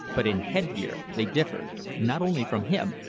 but in head-gear they differed, not only from him,